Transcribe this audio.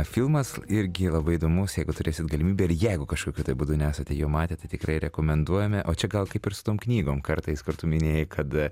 filmas irgi labai įdomus jeigu turėsit galimybę ir jeigu kažkokiu tai būdu nesate jo matę tai tikrai rekomenduojame o čia gal kaip ir su tom knygom kartais kur tu minėjai kad